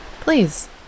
Please